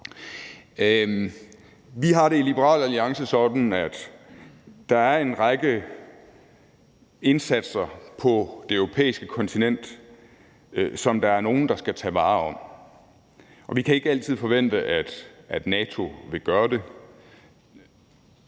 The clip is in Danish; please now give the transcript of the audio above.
Vi har det i Liberal Alliance sådan, at der er en række indsatser på det europæiske kontinent, som der er nogen der skal tage hånd om. Og vi kan ikke altid forvente, at NATO vil gøre det.